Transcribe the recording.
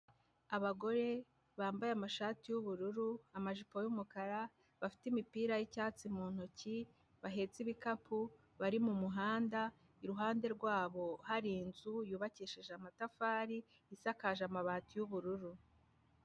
Abagore bambaye amashati y'ubururu, amajipo y'umukara, bafite imipira y'icyatsi mu ntoki, bahetse ibikapu, bari mu muhanda; iruhande rwabo hari inzu yubakishije amatafari, isakaje amabati y'ubururu.